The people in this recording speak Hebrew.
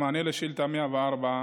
במענה על שאילתה 104,